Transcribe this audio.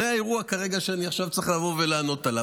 זה האירוע שאני צריך כרגע לענות עליו.